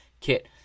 kit